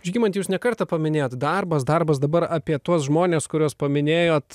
žygimante jūs ne kartą paminėjot darbas darbas dabar apie tuos žmones kuriuos paminėjot